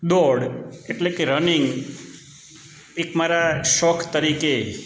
દોડ એટલે કે રનિંગ એક મારા શોખ તરીકે